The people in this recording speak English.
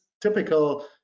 typical